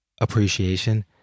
Appreciation